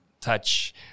touch